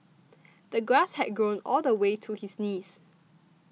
the grass had grown all the way to his knees